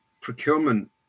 procurement